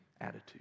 attitude